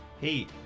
Hey